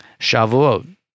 Shavuot